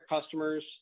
customers